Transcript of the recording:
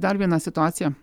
dar vieną situaciją